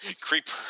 creeper